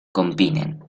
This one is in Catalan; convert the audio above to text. combinen